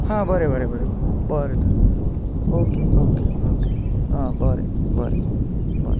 हा बरें बरें बरें बरें तर ओके ओके ओके हा बरें बरें बरें बरें बरें